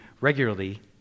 regularly